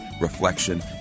reflection